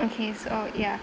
okay so ya